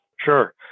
Sure